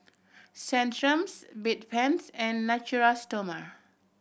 Centrum Bedpans and Natura Stoma